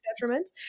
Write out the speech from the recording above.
detriment